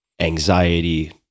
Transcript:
anxiety